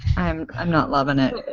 and i'm not loving it.